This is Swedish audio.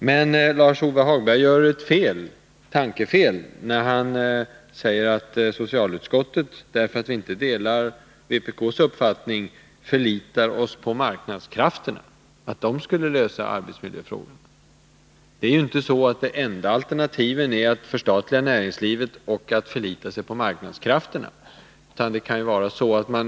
Men Lars-Ove Hagberg gör ett tankefel när han säger att socialutskottet, därför att det inte delar vpk:s uppfattning, förlitar sig på att arbetsmarknadskrafterna skall lösa arbetsmiljöfrågorna. Det enda alternativet till att förstatliga näringslivet är inte att förlita sig på marknadskrafterna.